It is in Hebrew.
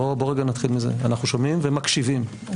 אנחנו שומעים ומקשיבים,